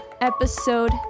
episode